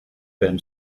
been